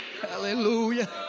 Hallelujah